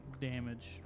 damage